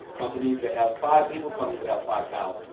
companies that have five people. companies that have five thousand.